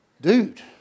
Dude